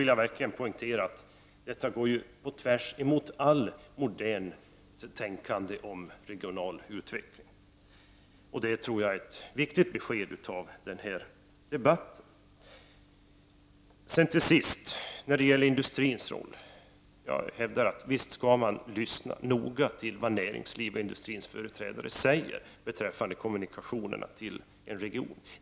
Låt mig verkligen poängtera att detta går på tvärs mot allt modernt tänkande om regional utveckling. Jag tror att detta är ett viktigt konstaterande i denna debatt. När det till sist gäller industrins roll hävdar jag att man visst skall lyssna noga till vad näringslivets och industrins företrädare säger om kommunikationerna inom en region.